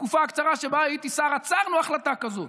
בתקופה הקצרה שבה הייתי שר, עצרנו החלטה כזאת.